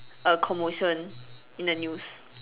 a commotion in the news